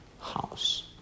house